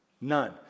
None